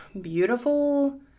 beautiful